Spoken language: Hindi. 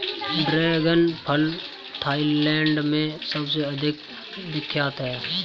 ड्रैगन फल थाईलैंड में सबसे अधिक विख्यात है